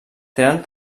tenen